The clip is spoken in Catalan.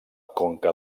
conca